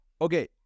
Okay